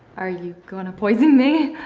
are you gonna poison me?